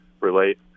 relate